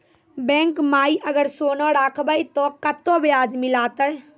Bank माई अगर सोना राखबै ते कतो ब्याज मिलाते?